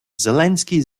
зеленський